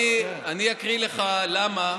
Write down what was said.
אני אקריא לך למה,